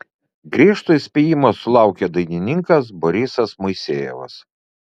griežto įspėjimo sulaukė dainininkas borisas moisejevas